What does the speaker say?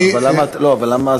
לא, אבל למה?